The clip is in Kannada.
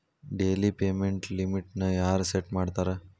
ಡೆಲಿ ಪೇಮೆಂಟ್ ಲಿಮಿಟ್ನ ಯಾರ್ ಸೆಟ್ ಮಾಡ್ತಾರಾ